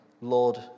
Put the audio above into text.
Lord